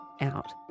out